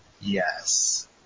yes